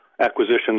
acquisition